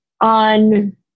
on